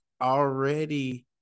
already –